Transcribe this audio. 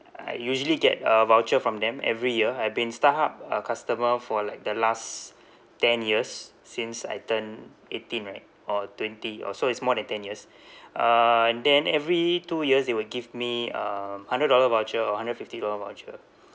I usually get a voucher from them every year I've been starhub uh customer for like the last ten years since I turned eighteen right or twenty or so it's more than ten years uh then every two years they will give me um hundred dollar voucher or hundred fifty dollar voucher